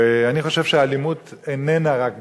ואני חושב שהאלימות איננה רק בספורט.